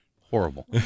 Horrible